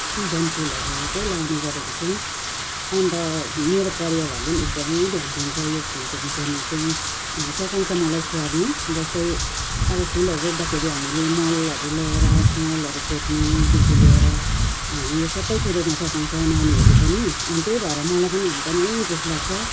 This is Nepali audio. सिजन फुलहरू चाहिँ लाउने गरेको छौँ अन्त मेरो परिवारहरूले पनि एकदमै ध्यान दिन्छ यो फुलको विषयमा चाहिँ सघाउँछ मलाई स्याहार्नु जस्तै अब फुलहरू रोप्दाखेरि हामीले मलहरू ल्याएर मलहरू खोज्नुदेखि लिएर त्यो सबै कुरोमा सघाउँछ नानीहरूले पनि अनि त्यही भएर मलाई पनि एकदमै इन्ट्रेस्ट लाग्छ